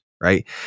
right